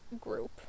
group